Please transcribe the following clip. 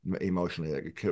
emotionally